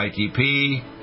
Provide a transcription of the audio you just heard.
ITP